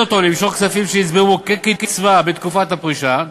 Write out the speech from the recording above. אותו למשוך כספים שנצברו בו כקצבה בתקופת הפרישה,